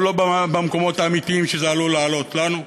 אבל לא במקומות האמיתיים שזה עלול לעלות לנו.